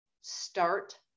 Start